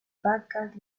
vacas